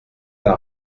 n’a